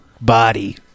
body